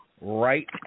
right